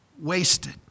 wasted